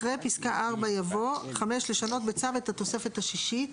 אחרי פסקה (4) יבוא: "(5) לשנות בצו את התוספת השישית."